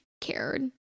cared